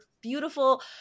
beautiful